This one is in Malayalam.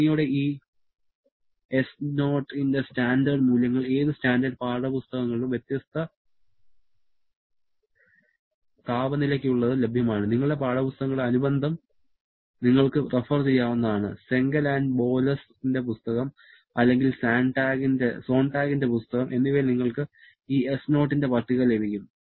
നന്ദിയോടെ ഈ s0 ന്റെ സ്റ്റാൻഡേർഡ് മൂല്യങ്ങൾ ഏത് സ്റ്റാൻഡേർഡ് പാഠപുസ്തകങ്ങളിലും വ്യത്യസ്ത താപനിലക്കുള്ളത് ലഭ്യമാണ് നിങ്ങളുടെ പാഠപുസ്തകങ്ങളുടെ അനുബന്ധം നിങ്ങൾക്ക് റഫർ ചെയ്യാവുന്നതാണ് സെംഗൽ ആൻഡ് ബോലെസ് ന്റെ പുസ്തകം അല്ലെങ്കിൽ സോൺടാഗ് ന്റെ പുസ്തകം എന്നിവയിൽ നിങ്ങൾക്ക് ഈ s0 ന്റെ പട്ടിക ലഭിക്കും